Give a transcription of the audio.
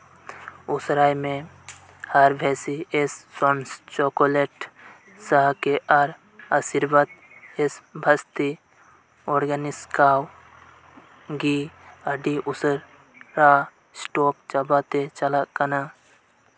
ᱩᱥᱟᱹᱨᱟᱭ ᱢᱮ herbs and sons chocolate ᱥᱟᱦᱟᱠᱮ ᱟᱨ ᱟᱥᱤᱨᱵᱟᱫ ᱮᱥ ᱵᱷᱟᱥᱛᱤ ᱚᱨᱜᱟᱱᱤᱠ ᱠᱟᱣ ᱜᱷᱤ ᱟᱹᱰᱤ ᱩᱥᱟᱹᱨᱟ ᱥᱴᱚᱠ ᱪᱟᱵᱟ ᱛᱮ ᱪᱟᱞᱟᱜ ᱠᱟᱱᱟ